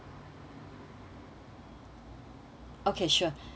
okay sure